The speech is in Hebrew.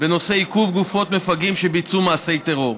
בנושא עיכוב גופות מפגעים שביצעו מעשי טרור.